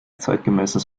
zeitgemäßes